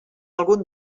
algun